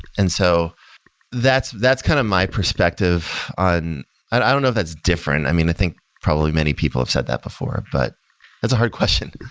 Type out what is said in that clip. and so that's that's kind of my perspective on i don't know if that's different. i mean, i think probably many people have said that before, but that's a hard question.